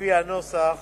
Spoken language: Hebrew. לפי הנוסח